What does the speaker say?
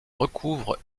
recouvrent